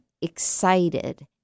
excited